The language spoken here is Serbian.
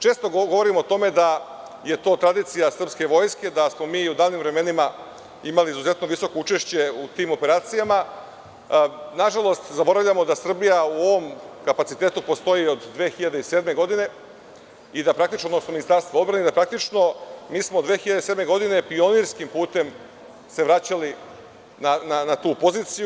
Često govorimo o tome da je to tradicija srpske Vojske, da smo mi u davnim vremenima imali izuzetno visoko učešće u tim operacijama, ali nažalost zaboravljamo da Srbija u ovom kapacitetu postoji od 2007. godine, Ministarstvo odbrane, i da smo praktično 2007. godine pionirskim putem se vraćali na tu poziciju.